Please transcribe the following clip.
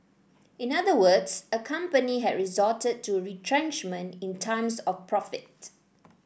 in other words a company had resorted to retrenchment in times of profit